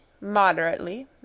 moderately